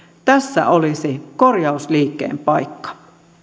tässä olisi korjausliikkeen paikka